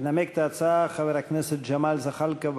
ינמק את ההצעה חבר הכנסת ג'מאל זחאלקה.